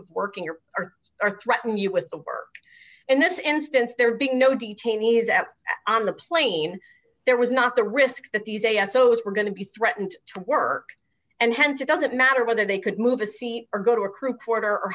of working or or or threaten you with a work in this instance there be no detainees at on the plane there was not the risk that these a s o's were going to be threatened to work and hence it doesn't matter whether they could move a seat or go to a crew quarter or